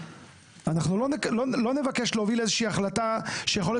לא נבקש להוביל איזושהי החלטה שיכול להיות